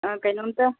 ꯀꯩꯅꯣꯝꯇ